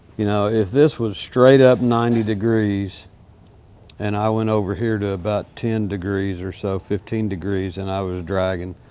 you know if this was straight-up ninety degrees and i went over here to about ten degrees or so, fifteen degrees, and i was dragging,